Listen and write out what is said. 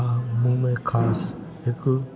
हा मूं में ख़ासि हिकु